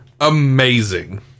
Amazing